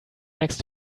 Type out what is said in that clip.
next